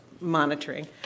monitoring